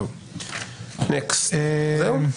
זהו?